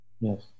Yes